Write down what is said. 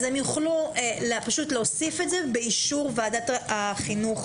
הם יוכלו פשוט להוסיף את זה באישור ועדת החינוך.